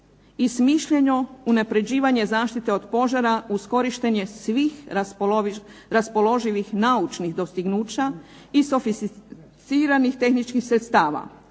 i smišljeno unapređivanje zaštite od požara uz korištenje svih raspoloživih naučnih dostignuća i sofisticiranih tehničkih sredstava.